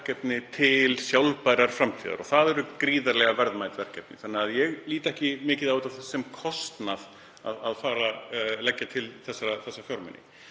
til sjálfbærrar framtíðar og það eru gríðarlega verðmæt verkefni þannig að ég lít ekki svo mikið á það sem kostnað að leggja til þessa fjármuni.